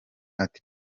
ati